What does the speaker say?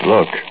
Look